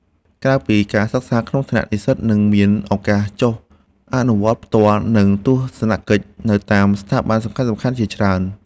ក្រៅពីការសិក្សាក្នុងថ្នាក់និស្សិតនឹងមានឱកាសចុះអនុវត្តផ្ទាល់និងទស្សនកិច្ចនៅតាមស្ថាប័នសំខាន់ៗជាច្រើន។